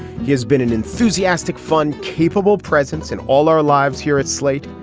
has been an enthusiastic fund capable presence in all our lives here at slate.